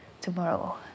tomorrow